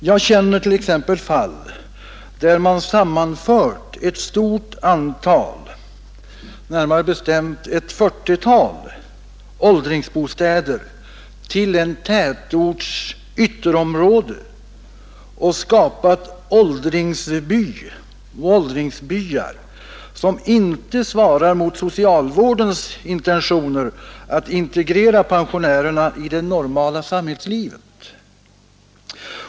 Jag känner t.ex. fall där man sammanfört ett stort antal, i ett fall ett 40-tal, åldringsbostäder till en tätorts ytterområde och skapat äldringsbyar som inte svarar mot socialvårdens intentioner att integrera pensionärerna i det normala samhällslivet.